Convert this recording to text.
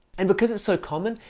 and because it's so common,